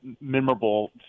memorable